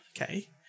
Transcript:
okay